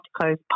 close